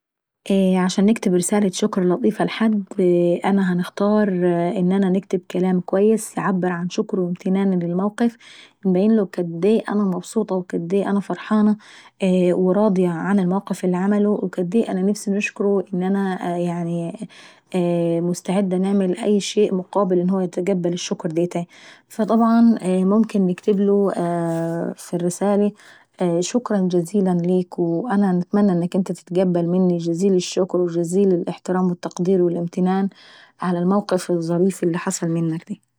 ايه عشان نكتب رسالة شكر لطيفة لحد انا هنختار ان انا نكتب كلام كويس يعبر عن شكر وامتنان للموقف ونبينله كد ايه انا مبسوطة وكد ايه انا فرحانة وراضية عن الموقف اللي عمله وكد ايه انا عاوزة نشكره ومستعدة نعمل أي شيء مقابل انههو يتقبل الشكر ديتاي. فانا هنكتب في الرسالة شكرا جزيلا ليك اوانا نتمنى انك تتقبل مني جزيل الشكر والامتنان على الموقف الظريف اللي حصل منك ديه.